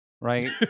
Right